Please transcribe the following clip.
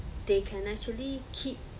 they can actually keep